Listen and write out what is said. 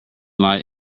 light